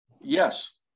Yes